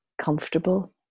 comfortable